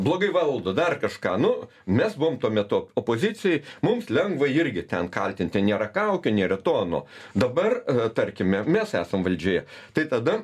blogai valdo dar kažką nu mes buvom tuo metu opozicijoj mums lengva irgi ten kaltinti nėra kaukių nėra to ano dabar tarkime mes esam valdžioje tai tada